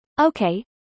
Okay